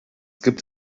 gibt